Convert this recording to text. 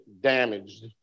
damaged